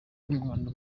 n’umwanda